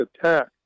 attack